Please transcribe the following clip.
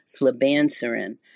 flibanserin